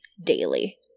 daily